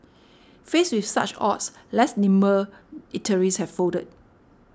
faced with such odds less nimble eateries have folded